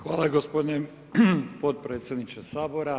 Hvala gospodine potpredsjedniče Sabora.